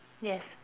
yes